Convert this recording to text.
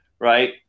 right